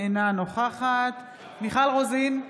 אינה נוכחת מיכל רוזין,